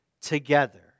together